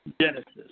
Genesis